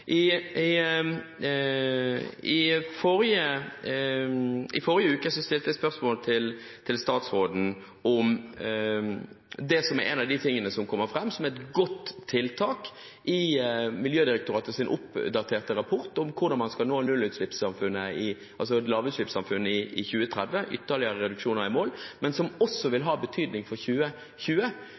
i dag. I forrige uke stilte jeg spørsmål til statsråden om noe som er et godt tiltak i Miljødirektoratets oppdaterte rapport, om hvordan man skal nå nullutslippssamfunnet – altså lavutslippssamfunnet – i 2030 med ytterligere reduksjoner, noe som også vil ha betydning for 2020.